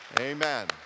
Amen